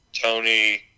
Tony